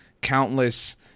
countless